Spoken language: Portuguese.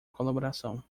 colaboração